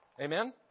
Amen